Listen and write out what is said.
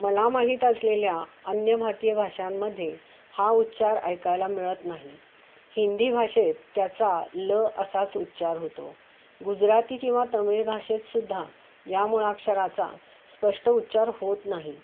मला माहीत असलेल्या अन्य भारतीय भाषांमध्ये हा उच्चार ऐकायला मिळत नाही हिंदी भाषेत त्याचा ल असाच उच्चार होतो गुजराती किंवा तमीळ भाषेतसुद्धा या मुळाक्षराचा स्पष्ट उच्चार होत नाही